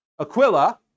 Aquila